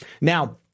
Now